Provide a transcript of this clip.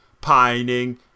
pining